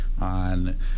on